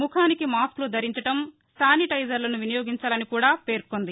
ముఖానికి మాస్కులు ధరించడం శానిటైజర్లను వినియోగించాలని కూడా పేర్కొంది